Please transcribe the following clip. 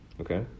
okay